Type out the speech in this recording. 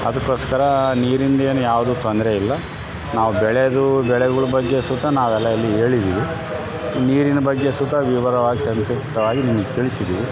ಅದಕ್ಕೊಸ್ಕರ ನೀರಿಂದು ಏನು ಯಾವುದು ತೊಂದರೆಯಿಲ್ಲ ನಾವು ಬೆಳೆದು ಬೆಳೆಗಳ್ ಬಗ್ಗೆ ಸುತ ನಾವು ಎಲ್ಲ ಇಲ್ಲಿ ಹೇಳಿದಿವಿ ನೀರಿನ ಬಗ್ಗೆ ಸುತ ವಿವರವಾಗಿ ಸಂಕ್ಷಿಪ್ತವಾಗ್ ನಿಮ್ಗೆ ತಿಳಿಸಿದಿನಿ